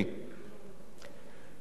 סכנה אורבת